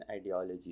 ideology